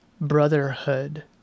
brotherhood